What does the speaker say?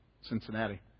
Cincinnati